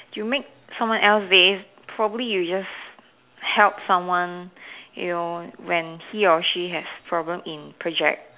you make someone else day probably you just help someone you know when he or she has problems in project